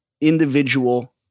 individual